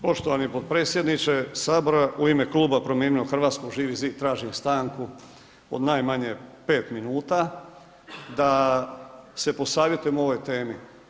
Poštovani potpredsjedniče sabora u ime Kluba Promijenimo Hrvatsku, Živi zid tražim stanku od najmanje 5 minuta da se posavjetujem u ovoj temi.